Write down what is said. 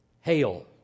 Hail